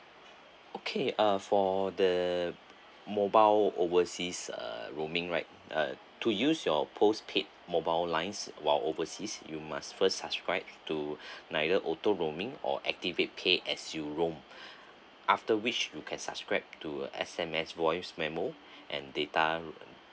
okay uh for the mobile overseas uh roaming right uh to use your postpaid mobile lines while overseas you must first subscribed to neither auto roaming or activate pay as you roam after reach you can subscribe to S_M_S voice memo and data